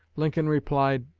lincoln replied